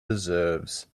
deserves